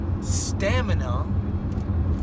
stamina